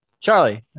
Charlie